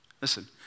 Listen